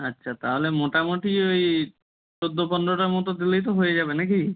আচ্ছা তাহলে মোটামুটি ওই চৌদ্দো পনেরোটার মতো দিলেই তো হয়ে যাবে না কি